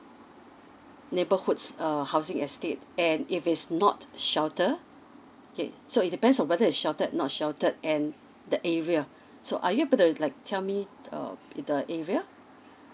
neighbourhoods err housing estate and if it's not shelter okay so it depends on whether it sheltered not sheltered and the area so are you able to like tell me err the area